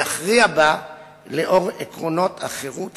יכריע בה לאור עקרונות החירות,